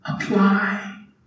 Apply